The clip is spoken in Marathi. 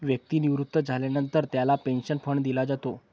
व्यक्ती निवृत्त झाल्यानंतर त्याला पेन्शन फंड दिला जातो